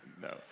No